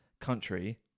country